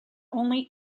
only